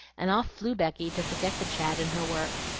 and off flew becky to forget the chat in her work.